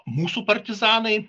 mūsų partizanai